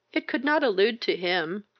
it could not allude to him,